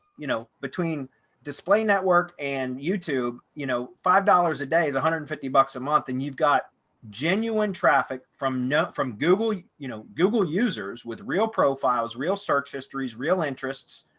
you know, between display network, and youtube, you know, five dollars a day is one hundred and fifty bucks a month, and you've got genuine traffic from none from google, you know, google users with real profiles, real search histories, real interests.